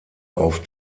auf